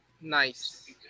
Nice